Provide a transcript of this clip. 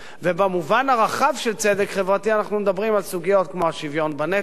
ובמובן הרחב של צדק חברתי אנחנו מדברים על סוגיות כמו השוויון בנטל,